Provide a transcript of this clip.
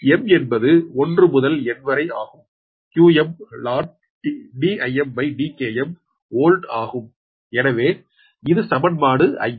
m என்பது 1 முதல் N வரை ஆகும் qm ln DimDkm வோல்ட் ஆகும் எனவே இது சமன்பாடு 5